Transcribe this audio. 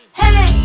hey